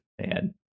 man